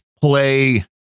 play